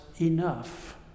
enough